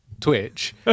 Twitch